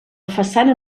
façana